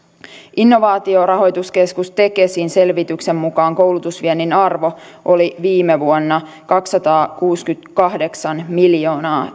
innovaatiorahoituskeskus tekesin selvityksen mukaan koulutusviennin arvo oli viime vuonna kaksisataakuusikymmentäkahdeksan miljoonaa